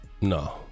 No